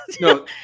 No